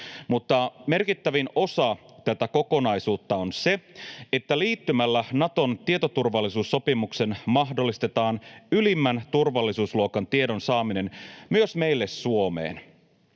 merkittävin osa tätä kokonaisuutta on se, että liittymällä Naton tietoturvallisuussopimukseen mahdollistetaan ylimmän turvallisuusluokan tiedon saaminen myös meille Suomeen.